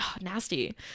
nasty